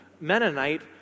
Mennonite